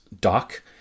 dock